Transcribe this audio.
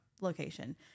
location